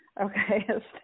Okay